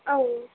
ও